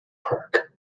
park